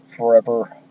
forever